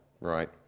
right